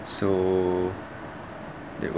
so